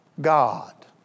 God